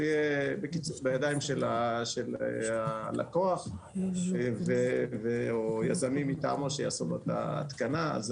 זה יהיה בידיים של הלקוח או של היזמים מטעמו שיעשו לו את ההתקנה.